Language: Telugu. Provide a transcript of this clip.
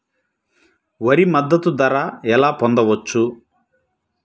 వరి మద్దతు ధర ఎలా పొందవచ్చు?